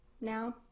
now